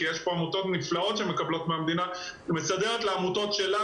כי יש פה עמותות נפלאות שמקבלות מהמדינה לעמותות שלה,